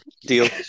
Deal